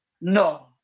No